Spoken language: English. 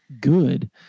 good